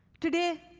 today,